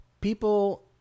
people